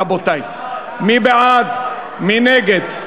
רבותי, מי בעד, מי נגד?